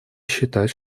считать